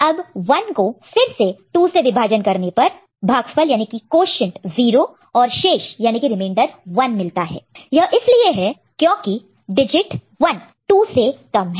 अब 1 को फिर से 2 से विभाजन डिवाइड divide करने पर भागफल क्वोशन्ट quotient 0 और शेष रिमेंडर remainder 1 मिलता है यह इसलिए है क्योंकि डिजिट 1 2 से कम है